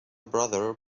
brother